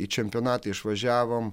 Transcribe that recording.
į čempionatą išvažiavom